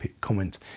comment